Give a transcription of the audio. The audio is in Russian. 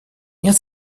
нет